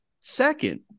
second